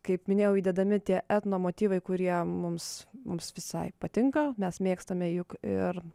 kaip minėjau įdedami tie etno motyvai kurie mums mums visai patinka mes mėgstame juk ir